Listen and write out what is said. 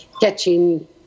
catching